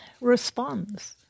responds